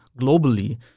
globally